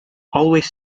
always